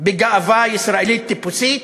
בגאווה ישראלית טיפוסית,